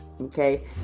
Okay